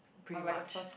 pretty much